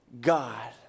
God